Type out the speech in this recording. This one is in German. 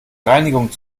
reinigung